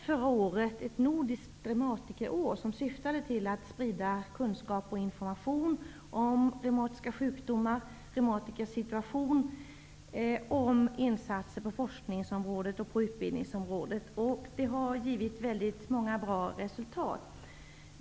Förra året hade vi ett nordiskt reumatikerår som syftade till att sprida kunskap och information om reumatiska sjukdomar, reumatikers situation och om insatser på forskningsområdet och utbildningsområdet. Det har gett väldigt många bra resultat.